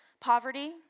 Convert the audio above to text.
Poverty